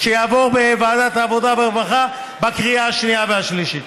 שיעבור בוועדת העבודה והרווחה בקריאה השנייה והשלישית.